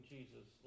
Jesus